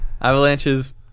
Avalanches